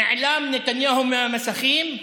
נעלם נתניהו מהמסכים,